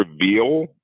reveal